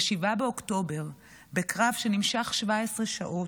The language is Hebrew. ב-7 באוקטובר, בקרב שנמשך 17 שעות,